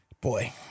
boy